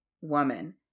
woman